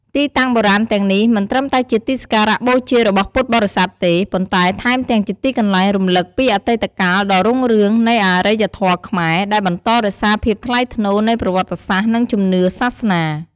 ទីតាំងបុរាណទាំងនេះ មិនត្រឹមតែជាទីសក្ការបូជារបស់ពុទ្ធបរិស័ទទេ ប៉ុន្តែថែមទាំងជាទីកន្លែងរំឭកពីអតីតកាលដ៏រុងរឿងនៃអរិយធម៌ខ្មែរ ដែលបន្តរក្សាភាពថ្លៃថ្នូរនៃប្រវត្តិសាស្ត្រនិងជំនឿសាសនា។